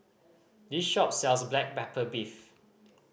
this shop sells black pepper beef